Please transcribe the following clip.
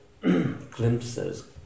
glimpses